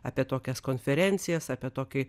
apie tokias konferencijas apie tokį